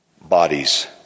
bodies